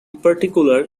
particular